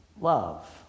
love